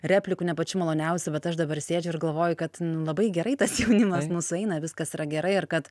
replikų ne pačių maloniausių bet aš dabar sėdžiu ir galvoju kad labai gerai tas jaunimas sueina viskas yra gerai ir kad